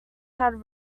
had